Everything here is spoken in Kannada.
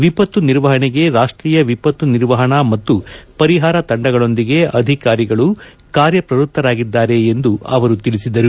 ವಿಪತ್ತು ನಿರ್ವಹಣೆಗೆ ರಾಷ್ಷೀಯ ವಿಪತ್ತು ನಿರ್ವಹಣಾ ಮತ್ತು ಪರಿಹಾರ ತಂಡಗಳೊಂದಿಗೆ ಅಧಿಕಾರಿಗಳು ಕಾರ್ಯಪ್ರವೃತ್ತರಾಗಿದ್ದಾರೆ ಎಂದು ಅವರು ತಿಳಿಸಿದರು